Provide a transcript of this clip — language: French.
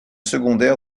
secondaire